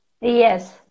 Yes